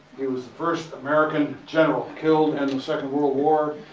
he was the first american general killed in the second world war.